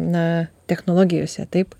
na technologijose taip